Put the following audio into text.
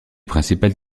principales